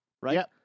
Right